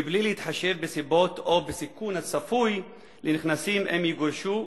בלי להתחשב בסיבות או בסיכון הצפוי לנכנסים אם יגורשו,